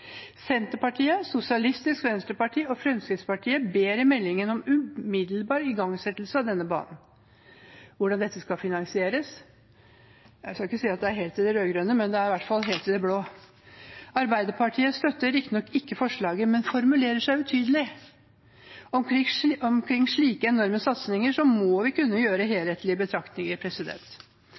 Senterpartiet, Sosialistisk Venstreparti og Fremskrittspartiet ber i meldingen om umiddelbar igangsettelse av denne banen. Hvordan dette skal finansieres? Jeg skal ikke si at det er helt i det rød-grønne, men det er i hvert fall helt i det blå. Arbeiderpartiet støtter riktignok ikke forslaget, men formulerer seg utydelig. Omkring slike enorme satsinger må vi kunne gjøre helhetlige betraktninger.